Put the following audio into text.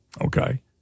okay